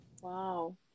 wow